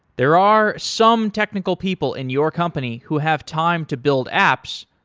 there are some technical people in your company who have time to build apps,